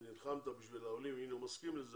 ונלחמת בשביל העולים, הנה הוא מסכים לזה.